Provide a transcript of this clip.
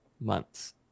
months